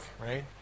right